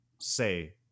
say